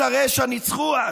כוחות הרשע ניצחו אז.